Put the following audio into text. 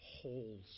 holes